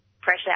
pressure